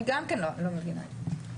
אני גם כן לא מבינה את זה.